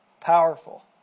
Powerful